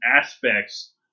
aspects